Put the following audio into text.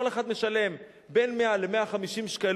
כל אחד משלם בין 100 ל-150 שקלים.